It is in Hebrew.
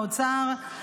האוצר,